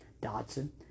Dodson